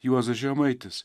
juozas žemaitis